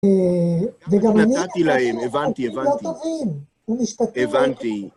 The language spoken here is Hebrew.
נתתי להם, הבנתי, הבנתי. הבנתי